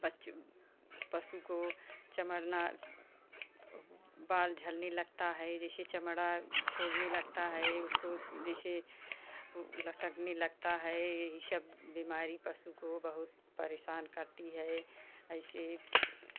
बचु पशु को चमर्ना बाल झड़ने लगता है जैसे चमड़ा छोड़ने लगता हैं उसको जैसे लटकने लगता है इन सब बीमारी पशु को बहुत परेशान करती हैं ऐसे